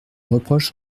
reproche